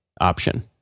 option